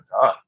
done